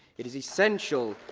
it is essential.